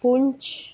Poonch